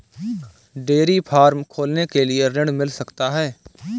Dairy farm खोलने के लिए ऋण मिल सकता है?